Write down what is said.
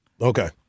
Okay